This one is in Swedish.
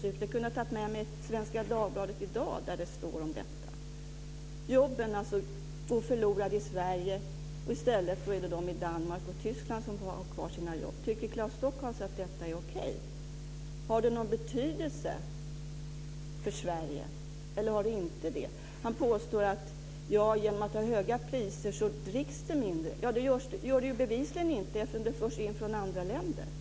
Jag hade kunnat ta med dagens Svenska Dagbladet där det står om detta. Jobben går förlorade i Sverige. I stället är det de i Danmark och Tyskland som får ha kvar sina jobb. Tycker Claes Stockhaus att detta är okej? Har det någon betydelse för Sverige eller inte? Han påstår att genom höga priser dricks det mindre. Det gör det ju bevisligen inte eftersom alkohol förs in från andra länder.